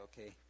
okay